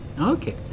Okay